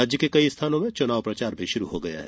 राज्य के कई स्थानों में चुनाव प्रचार भी शुरू हो गया है